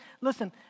listen